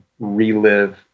relive